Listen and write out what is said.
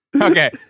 Okay